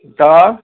दाल